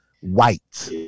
White